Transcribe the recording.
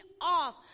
off